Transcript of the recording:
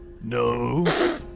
No